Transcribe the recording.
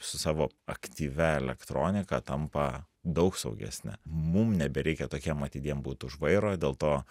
su savo aktyvia elektronika tampa daug saugesni mum nebereikia tokiem atidiem būt už vairo dėl to